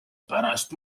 pärast